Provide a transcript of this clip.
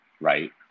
right